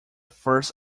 first